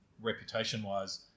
reputation-wise